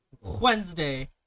Wednesday